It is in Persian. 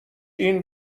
این